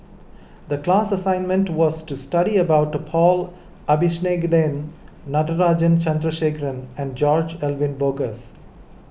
the class assignment was to study about Paul Abisheganaden Natarajan Chandrasekaran and George Edwin Bogaars